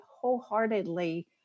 wholeheartedly